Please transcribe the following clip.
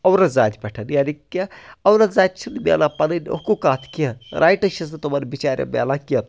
عورت زاتہِ پٮ۪ٹھ یعنی کہِ عورت زاتہِ چھِنہٕ ملان پنٕنۍ حقوق اتھ کیٚنٛہہ رایٹٕس چھِس نہٕ تمَن بِچٲرٮ۪ن ملان کیٚنٛہہ